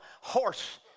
horse